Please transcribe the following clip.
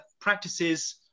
practices